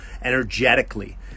energetically